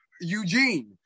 Eugene